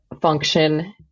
function